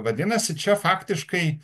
vadinasi čia faktiškai